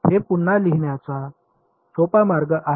हे पुन्हा लिहिण्याचा सोपा मार्ग आहे